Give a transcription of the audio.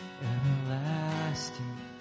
Everlasting